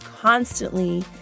constantly